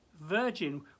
Virgin